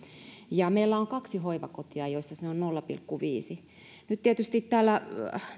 ja meillä on kaksi hoivakotia joissa se on nolla pilkku viisi nyt tietysti täällä